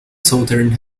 southern